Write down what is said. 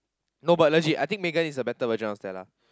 no but legit I think Megan is a better version of Stella